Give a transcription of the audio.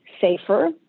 safer